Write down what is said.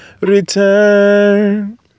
Return